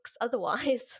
otherwise